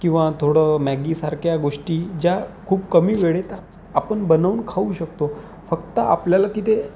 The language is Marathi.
किंवा थोडं मॅगीसारख्या गोष्टी ज्या खूप कमी वेळेत आपण बनवून खाऊ शकतो फक्त आपल्याला तिथे